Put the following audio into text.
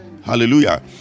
hallelujah